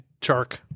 Chark